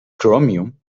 chromium